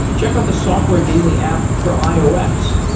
check out the software daily app for ios.